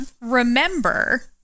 remember